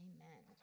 Amen